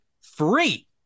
free